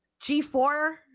g4